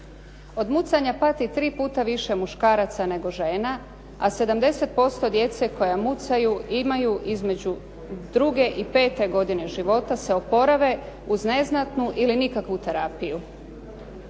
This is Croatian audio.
Od mucanja pati tri puta više muškaraca nego žena a 70% djece koja mucaju imaju između 2 i 5 godine života se oporave uz neznatnu ili nikakvu terapiju.